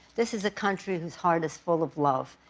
this is a country whose heart is full of love.